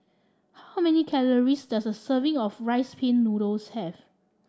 how many calories does a serving of Rice Pin Noodles have